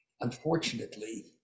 unfortunately